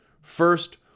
First